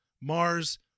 Mars